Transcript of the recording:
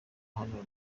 hano